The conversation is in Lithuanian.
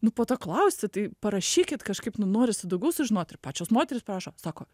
nu po to klausi tai parašykit kažkaip nu norisi daugiau sužinot ir pačios moterys prašo sako